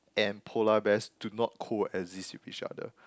and polar bears do not coexist with each other